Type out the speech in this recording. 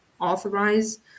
authorize